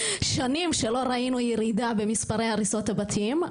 שנים שלא ראינו ירידה במספרי הריסות הבתים,